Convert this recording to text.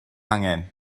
angen